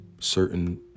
certain